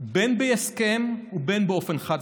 בין בהסכם ובין באופן חד-צדדי.